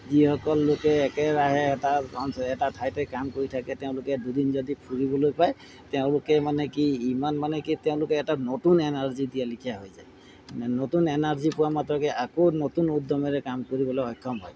যিসকল লোকে একেৰাহে এটা এটা ঠাইতে কাম কৰি থাকে তেওঁলোকে দুদিন যদি ফুৰিবলৈ পায় তেওঁলোকে মানে কি ইমান মানে কি তেওঁলোকে এটা নতুন এনাৰ্জি দিয়ালিখীয়া হৈ যায় নতুন এনাৰ্জি পোৱা মাত্ৰকে আকৌ নতুন উদ্যমেৰে কাম কৰিবলৈ সক্ষম হয়